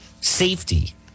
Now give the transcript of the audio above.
Safety